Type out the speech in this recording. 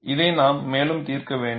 இதை நாம் மேலும் தீர்க்க வேண்டும்